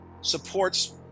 supports